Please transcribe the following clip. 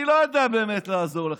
אני לא יודע באמת לעזור לכם,